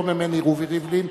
לא ממני רובי ריבלין,